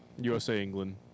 USA-England